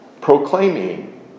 proclaiming